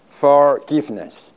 Forgiveness